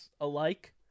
alike